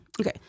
Okay